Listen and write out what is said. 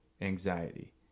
Anxiety